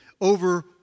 over